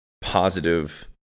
positive